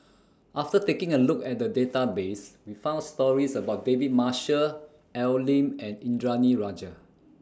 after taking A Look At The Database We found stories about David Marshall Al Lim and Indranee Rajah